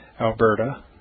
Alberta